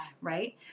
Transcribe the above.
right